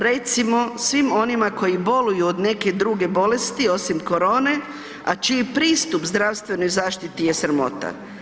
Recimo svim onima koji boluju od neke druge bolesti osim korone, a čiji pristup zdravstvenoj zaštiti je sramota.